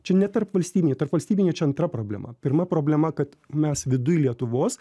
čia ne tarpvalstybinė tarpvalstybinė čia antra problema pirma problema kad mes viduj lietuvos